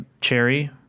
Cherry